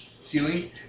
ceiling